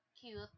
cute